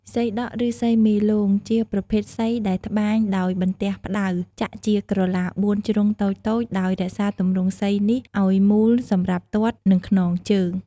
សីដក់ ឬ សីមេលោងជាប្រភេទសីដែលត្បាញ ដោយបន្ទះផ្ដៅ ចាក់ជាក្រឡា ៤ ជ្រុងតូចៗដោយរក្សាទម្រង់សីនេះឲ្យមូលសម្រាប់ទាត់ នឹង ខ្នងជើង ។